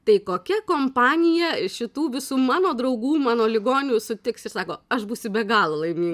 tai kokia kompanija šitų visų mano draugų mano ligonių sutiksiu ir sako aš būsiu be galo laimin